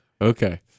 Okay